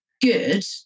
good